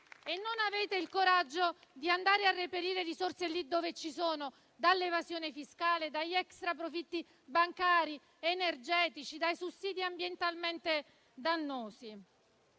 e non avete il coraggio di andare a reperire le risorse lì dove ci sono, dall'evasione fiscale, dagli extraprofitti bancari ed energetici, dai sussidi ambientalmente dannosi.